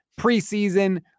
preseason